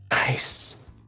Nice